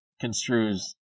construes